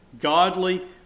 godly